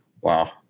Wow